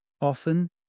Often